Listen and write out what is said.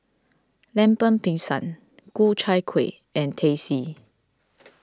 Lemper Pisang Ku Chai Kueh and Teh C